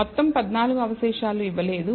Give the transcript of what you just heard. మొత్తం 14 అవశేషాల ఇవ్వలేదు